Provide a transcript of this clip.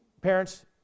parents